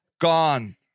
gone